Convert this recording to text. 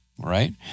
right